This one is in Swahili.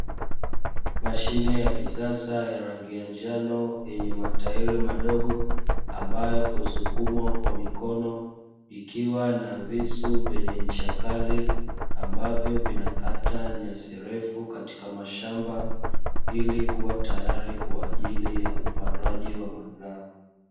Mashine ya kisasa ya rangi ya njano, yenye matairi madogo ambayo husukumwa kwa mikono, ikiwa na visu vyenye ncha kali ambavyo vinakata nyasi refu katika mashamba ili kuwa tayari kwa ajili ya upandwaji wa mazao.